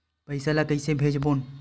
पईसा ला कइसे भेजबोन?